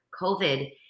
COVID